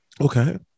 Okay